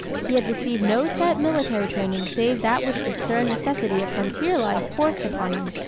he had received no set military training save that which the stern necessity of frontier life forced upon him.